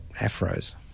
afros